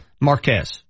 Marquez